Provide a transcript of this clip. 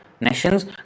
nations